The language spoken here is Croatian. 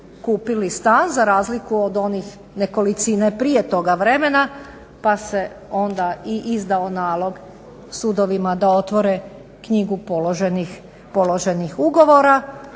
skupili stan za razliku od onih nekolicine prije toga vremena, pa se onda i izdao nalog sudovima da otvore knjigu položenih ugovora